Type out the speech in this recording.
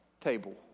table